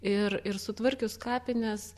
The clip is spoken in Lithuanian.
ir ir sutvarkius kapines